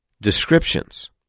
descriptions